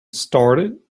started